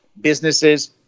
businesses